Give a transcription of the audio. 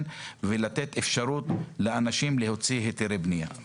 ולתת אפשרות לאנשים להוציא היתרי בנייה.